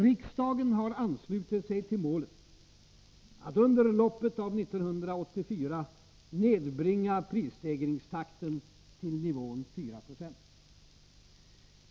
Riksdagen har anslutit sig till målet att under loppet av 1984 nedbringa prisstegringstakten till nivån 4 26.